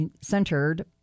centered